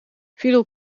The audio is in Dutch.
fidel